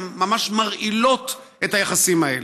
הן ממש מרעילות את היחסים האלה.